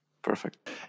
Perfect